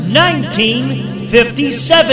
1957